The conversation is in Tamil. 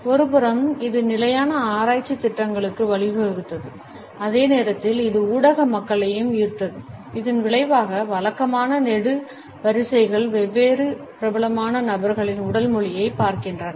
ஒருபுறம் இது நிலையான ஆராய்ச்சித் திட்டங்களுக்கு வழிவகுத்தது அதே நேரத்தில் இது ஊடக மக்களையும் ஈர்த்தது இதன் விளைவாக வழக்கமான நெடுவரிசைகள் வெவ்வேறு பிரபலமான நபர்களின் உடல் மொழியைப் பார்க்கின்றன